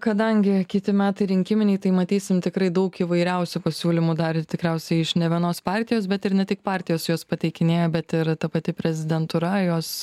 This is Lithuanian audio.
kadangi kiti metai rinkiminiai tai matysim tikrai daug įvairiausių pasiūlymų dar tikriausiai iš ne vienos partijos bet ir ne tik partijos juos pateikinėja bet ir ta pati prezidentūra jos